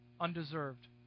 undeserved